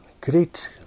great